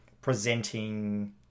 presenting